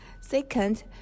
Second